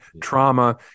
trauma